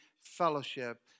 fellowship